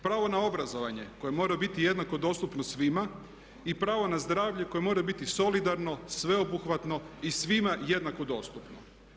Pravo na obrazovanje koje mora biti jednako dostupno svima i pravo na zdravlje koje mora biti solidarno, sveobuhvatno i svima jednako dostupno.